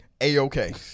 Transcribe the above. A-OK